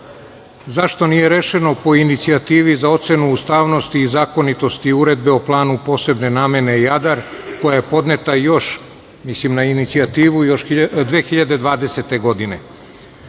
Zašto nije rešeno po inicijativi za ocenu ustavnosti i zakonitosti uredbe o planu posebne namene Jadar, koja je podneta, mislim na inicijativu, još 2020. godine? Drugo